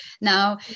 Now